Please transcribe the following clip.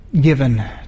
given